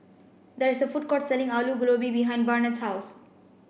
there is a food court selling Alu Gobi behind Barnett's house